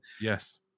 Yes